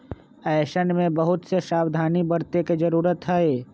ऐसन में बहुत से सावधानी बरते के जरूरत हई